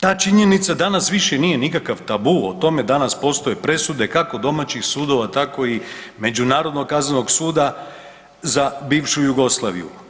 Ta činjenica danas više nije nikakav tabu, o tome danas postoje presude, kako domaćih sudova tako i međunarodnog kaznenog suda za bivšu Jugoslaviju.